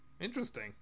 interesting